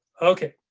ok.